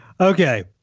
Okay